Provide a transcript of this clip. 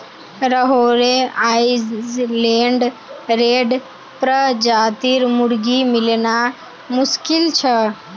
Rhode Island Red प्रजातिर मुर्गी मिलना मुश्किल छ